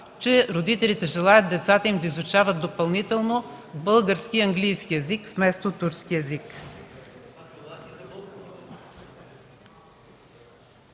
че родителите желаят децата им да изучават допълнително български и английски език вместо турски език.